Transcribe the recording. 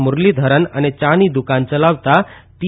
મુરલીધરન અને ચાની દુકાન ચલાવતાં પી